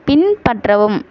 பின்பற்றவும்